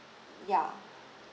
ya